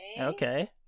Okay